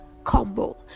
combo